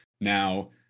now